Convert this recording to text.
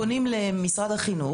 לצורך העניין פונים למשרד החינוך,